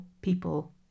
people